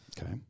Okay